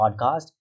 podcast